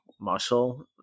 muscle